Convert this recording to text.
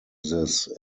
this